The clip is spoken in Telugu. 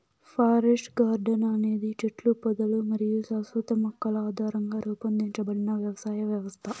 ఫారెస్ట్ గార్డెన్ అనేది చెట్లు, పొదలు మరియు శాశ్వత మొక్కల ఆధారంగా రూపొందించబడిన వ్యవసాయ వ్యవస్థ